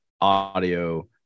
audio